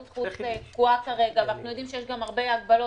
חוץ תקועה כרגע ואנחנו יודעים שיש הרבה הגבלות